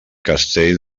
castell